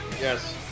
yes